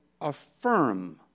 affirm